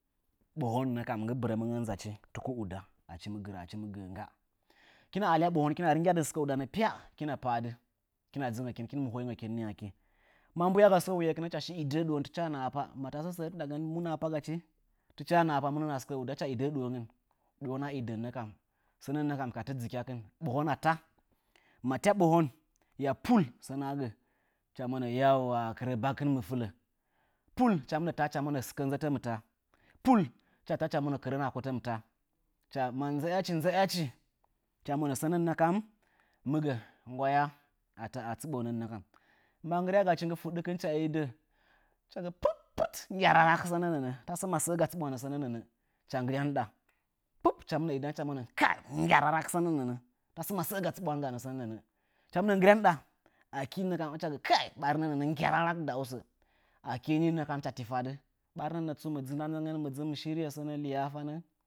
Bohanna kam nggɨ bɨrəməngən tuku nda nggɨ bɨrəməngən nzachi achi mɨ gɨrə hɨchi mɨ gə ngga. Hɨkina alya ɓohən hɨkina rɨnyadɨ sɨkə udan ngga hɨkina pa'ad hɨkina dzɨngakin hikin mɨ hoingakin nɨ akɨ. Ma mbu yaga sə nuyekinə hicha shi idəə duwon tichi nə nahapa. ma tasə səri ndagən mu nahapagachi? Buwona idanna kam sanə ka tɨ dzɨkyakɨn, ɓohəna tya, matya ɓohən, ya pui sənə gə, hɨcha mon 'yana kɨra bakɨn mɨ fɨlə. pul hɨcha mɨnə fɨlə hɨcha mona sɨkə nzətə mɨ ta, tang hɨcha ta hɨcha monəkɨrə nakotə mɨ ta. Ma nza'yachi nzayachi hɨcha monə, sənə nə kam mɨ gə nggwaya ata a tsibonən na kam. Ma ngsɨrya gachi nggɨ fuɗikɨn hɨcha idə, hɨcha gə pok pok hɨcha hɨchi nggyararak tasə masəə ga tsɨɓwanə sənə nəə hɨcha nggɨrya ndɨɗa. kput hɨcha mɨnə idən hɨcha monə, nggyararak sənə nə'ə, təsə məsə ga tsɨbwanə sənə nə'ə. Hɨcha mɨnə nggɨrya ndɨɗa hɨcha monə ɓarinə nə'ə nggyararak da'usə. Akɨ nɨ nə hɨcha tifadɨ. Barinə tsu mɨ dzɨ mɨ sənə liyafanə.